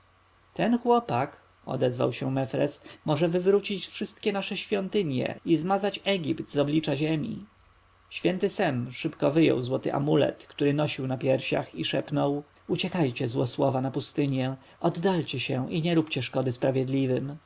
ten chłopak odezwał się mefres może wywrócić wszystkie nasze świątynie i zmazać egipt z oblicza ziemi święty sem szybko wyjął złoty amulet który nosił na piersiach i szepnął ucieknijcie złe słowa na pustynię oddalcie się i nie róbcie szkody sprawiedliwym